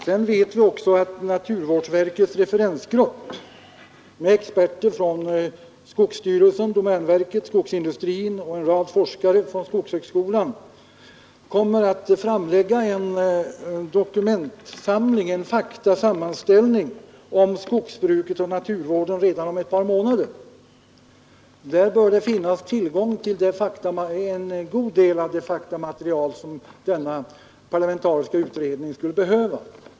Sedan vet vi också att naturvårdsverkets referensgrupp med experter från skogsstyrelsen, domänverket och skogsindustrin samt med en rad forskare från skogshögskolan kommer att framlägga en dokumentsamling med en faktasammanställning om skogsbruket och naturvården redan om ett par månader. Där bör det finnas tillgång till en god del av det faktamaterial som denna parlamentariska utredning skulle behöva.